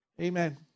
Amen